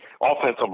Offensive